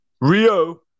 Rio